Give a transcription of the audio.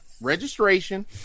registration